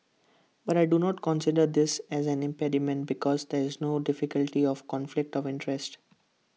but I do not consider this as an impediment because there is no difficulty of conflict of interest